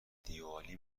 دیوالی